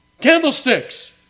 Candlesticks